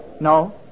No